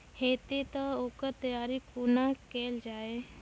हेतै तअ ओकर तैयारी कुना केल जाय?